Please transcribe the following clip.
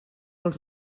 als